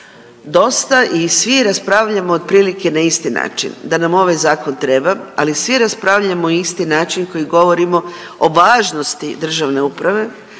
dosta i svi raspravljamo otprilike na isti način. Da nam ovaj zakon treba, ali svi raspravljamo isti način koji govorimo o važnosti državne uprave,